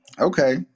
okay